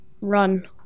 run